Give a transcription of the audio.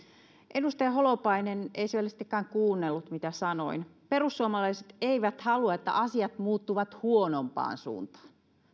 edustaja holopainen ei selvästikään kuunnellut mitä sanoin perussuomalaiset eivät halua että asiat muuttuvat huonompaan suuntaan